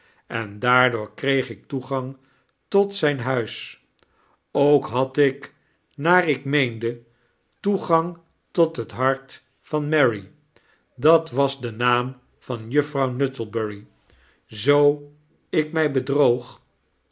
en daardoor kreeg ik toegang tot zyn huis ook had ik naar ik meende toegang tot het hart van mary dat was de naam van juffrouw nuttlebury zoo ik mij bedroog